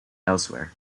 elsewhere